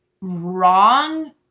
wrong